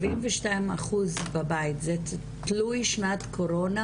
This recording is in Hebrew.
72 אחוז פגיעות בבית זה תלוי שנת קורונה?